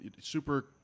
super